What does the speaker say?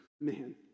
man